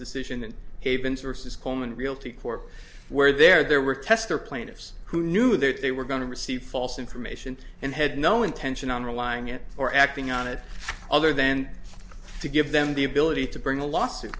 decision and havens versus coleman realty court where there there were tester plaintiffs who knew that they were going to receive false information and had no intention on relying it or acting on it other than to give them the ability to bring a lawsuit